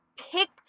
picked